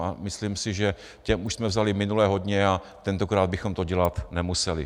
A myslím si, že těm už jsme vzali minule hodně a tentokrát bychom to dělat nemuseli.